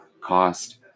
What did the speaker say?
cost